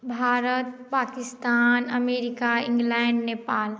Bharat Pakistan America England Nepal